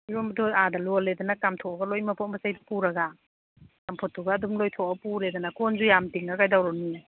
ꯏꯔꯣꯟꯕꯗꯨ ꯑꯥꯗ ꯂꯣꯜꯂꯦꯗꯅ ꯀꯥꯝꯊꯣꯛꯑꯒ ꯂꯣꯏ ꯃꯄꯣꯠ ꯃꯆꯩꯗꯨ ꯄꯨꯔꯒ ꯆꯝꯐꯨꯠꯇꯨꯒ ꯑꯗꯨꯝ ꯂꯣꯏꯊꯣꯛꯑ ꯄꯨꯔꯦꯗꯅ ꯀꯣꯟꯁꯨ ꯌꯥꯝ ꯇꯤꯡꯉ ꯀꯩꯗꯧꯔꯨꯅꯤ